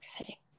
okay